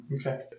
Okay